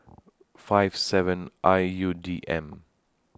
five seven I U D M